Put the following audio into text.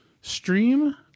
stream